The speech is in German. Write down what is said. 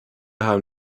haben